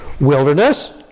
Wilderness